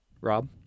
Rob